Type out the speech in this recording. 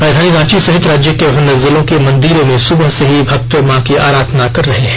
राजधानी रांची सहित राज्य के विभिन्न जिलों के मंदिरों में सुबह से ही भक्त मां की आराधना कर रहे हैं